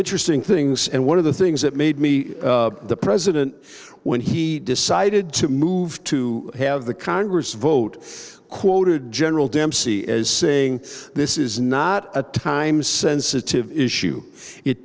interesting things and one of the things that made me the president when he decided to move to have the congress vote quoted general dempsey as saying this is not a time sensitive issue it